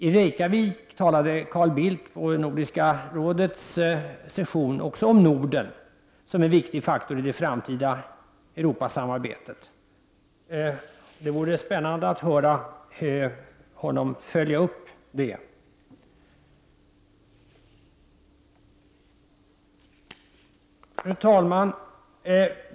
Under Nordiska rådets session i Reykjavik talade också Carl Bildt om Norden som en viktig faktor i det framtida Europasamarbetet. Det skall bli spännande att se hur han följer upp detta. Fru talman!